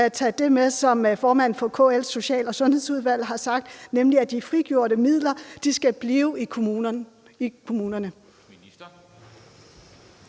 tage det med, som formanden for KL's social- og sundhedsudvalg har sagt, nemlig at de frigjorte midler skal blive i kommunerne. Kl.